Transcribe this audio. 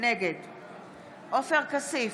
נגד עופר כסיף,